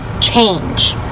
change